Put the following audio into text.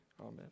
Amen